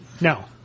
No